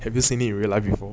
have you seen it in real life